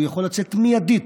הוא יכול לצאת מיידית,